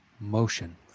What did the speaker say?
motion